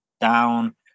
down